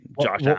Josh